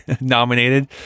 nominated